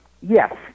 Yes